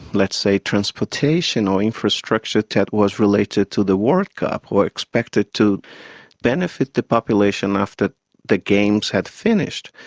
let's say, transportation, or infrastructure that was related to the world cup or expected to benefit the population after the games had finished.